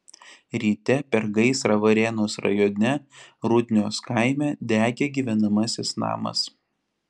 ryte per gaisrą varėnos rajone rudnios kaime degė gyvenamasis namas